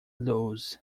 lose